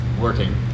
working